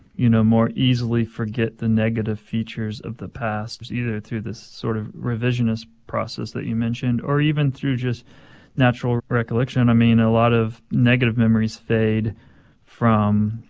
you know, more easily forget the negative features of the past, either through this sort of revisionist process that you mentioned or even through just natural recollection i mean, a lot of negative memories fade from,